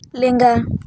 ᱞᱮᱸᱜᱟ